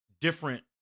different